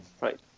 right